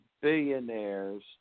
billionaires